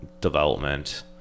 development